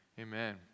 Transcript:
Amen